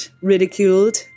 ridiculed